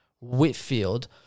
Whitfield